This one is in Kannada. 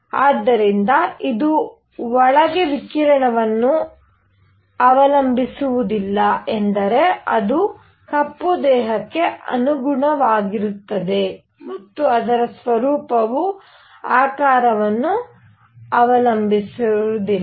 ಆದ್ದರಿಂದ ಇದು ಒಳಗೆ ವಿಕಿರಣವನ್ನು ಅವಲಂಬಿಸುವುದಿಲ್ಲ ಎಂದರೆ ಅದು ಕಪ್ಪು ದೇಹಕ್ಕೆ ಅನುಗುಣವಾಗಿರುತ್ತದೆ ಮತ್ತು ಅದರ ಸ್ವರೂಪವು ಆಕಾರವನ್ನು ಅವಲಂಬಿಸಿರುವುದಿಲ್ಲ